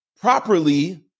properly